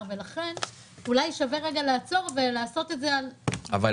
ולכן אולי שווה רגע לעצור ולעשות את זה על --- אבל